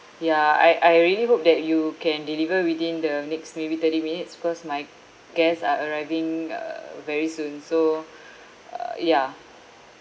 ya I I really hope that you can deliver within the next maybe thirty minutes cause my guests are arriving uh very soon so uh ya